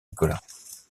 nicolas